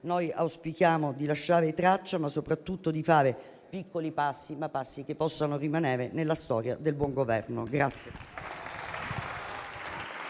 Noi auspichiamo di lasciare traccia, ma soprattutto di fare piccoli passi, che però possano rimanere nella storia del buon Governo.